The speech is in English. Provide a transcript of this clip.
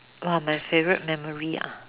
!wah! my favourite memory ah